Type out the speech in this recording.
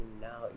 now